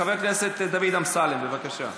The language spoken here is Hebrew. חבר הכנסת דוד אמסלם, בבקשה.